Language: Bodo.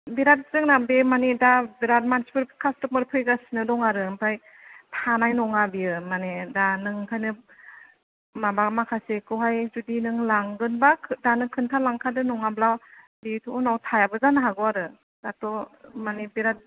बिराथ जोंना बे मानि दा बिराथ मानसिफोर कास्टमार फैगासिनो दं आरो ओमफाय थानाय नङा बियो मानि दा नों ओंखायनो माबा माखासेखौहाय जुदि नों लांगोनबा दानो खोन्थालांखादो नङाब्ला बेयोथ' उनाय थायाबो जानो हागौ आरो दाथ' मानि बिराथ